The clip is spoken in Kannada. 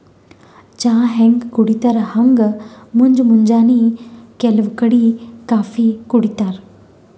ಚಾ ಹ್ಯಾಂಗ್ ಕುಡಿತರ್ ಹಂಗ್ ಮುಂಜ್ ಮುಂಜಾನಿ ಕೆಲವ್ ಕಡಿ ಕಾಫೀ ಕುಡಿತಾರ್